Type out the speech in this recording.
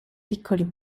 piccoli